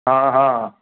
हा हा